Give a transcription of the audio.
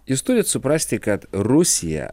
jūs turit suprasti kad rusija